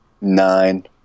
Nine